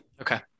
Okay